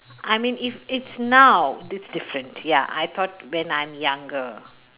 I mean if it's now it's different ya I thought when I'm younger